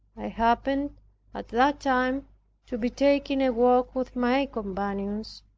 i happened at that time to be taking a walk with my companions,